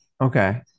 Okay